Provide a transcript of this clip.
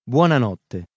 Buonanotte